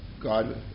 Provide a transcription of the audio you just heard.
God